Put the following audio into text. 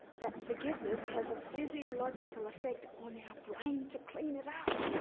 that forgiveness has a physiological effect on our brain to clean it up.